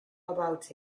about